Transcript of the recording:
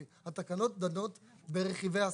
הרי התקנות דנות ברכיבי השכר.